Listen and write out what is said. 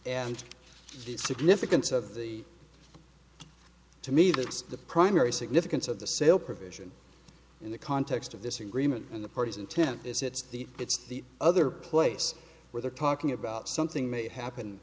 and the significance of the to me that's the primary significance of the sale provision in the context of this agreement and the parties intent is it's the it's the other place where they're talking about something may happen